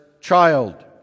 child